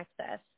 access